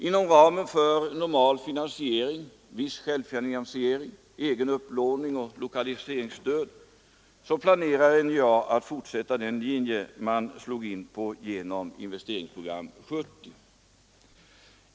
Inom ramen för en normal finansiering, dvs. viss självfinansiering, egen upplåning och lokaliseringsstöd, planerar NJA att fortsätta den linje man inledde med Investeringsprogram 70.